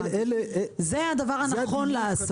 זה הדבר הנכון לעשות.